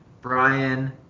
Brian